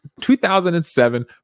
2007